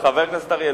חבר הכנסת אריאל,